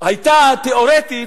תיאורטית,